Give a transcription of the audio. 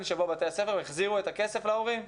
שבו בתי הספר החזירו את הכסף להורים,